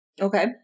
Okay